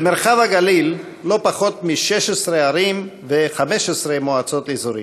במרחב הגליל לא פחות מ-16 ערים ו-15 מועצות אזוריות.